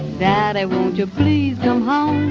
daddy won't you please come home?